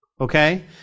Okay